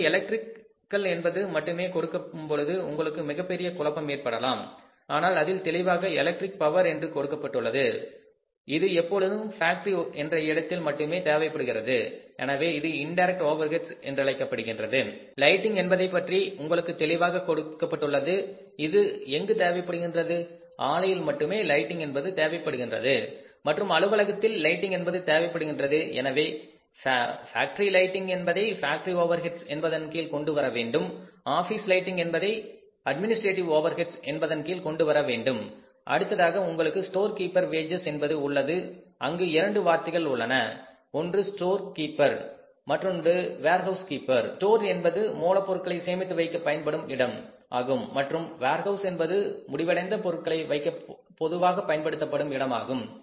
உங்களுக்கு எலக்ட்ரிக்கல் என்பது மட்டுமே கொடுக்கும்பொழுது உங்களுக்கு மிகப்பெரிய குழப்பம் ஏற்படலாம் ஆனால் அதில் தெளிவாக எலக்ட்ரிக் பவர் என்று எழுதப்பட்டுள்ளது இது எப்பொழுதும் ஃபேக்டரி என்ற இடத்தில் மட்டுமே தேவைப்படுகின்றது எனவே இது இண்டைரக்ட் ஓவெர்ஹெட்ஸ் என்றழைக்கப்படுகின்றது லைட்டிங் என்பதைப்பற்றி உங்களுக்கு தெளிவாக கொடுக்கப்பட்டுள்ளது இது எங்கு தேவைப்படுகின்றது ஆலையில் மட்டுமே லைட்டிங் என்பது தேவைப்படுகின்றது மற்றும் அலுவலகத்தில் லைட்டிங் என்பது தேவைப்படுகின்றது எனவே ஃபேக்டரி லைட்டிங் என்பதை ஃபேக்டரி ஓவர் ஹெட் என்பதன் கீழ் கொண்டு வரவேண்டும் ஆஃபீஸ் லைட்டிங் என்பதை அட்மினிஸ்ட்ரக்டிவ் ஓவர் ஹெட் என்பதன் கீழ் கொண்டு வரவேண்டும் அடுத்ததாக உங்களுக்கு ஸ்டோர் கீப்பர் வேஜஸ் என்பது உள்ளது அங்கு இரண்டு வார்த்தைகள் உள்ளன ஒன்று ஸ்டோர் கீப்பர் மற்றொன்று வேர்ஹவுஸ் ஸ்டோர் என்பது மூலப் பொருட்களை சேமித்து வைக்க பயன்படும் இடம் ஆகும் மற்றும் வேர்ஹவுஸ் என்பது முடிவடைந்த பொருட்களை வைக்க பொதுவாக பயன்படும் இடமாகும்